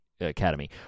academy